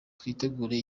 twitegure